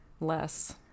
less